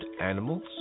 animals